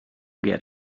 get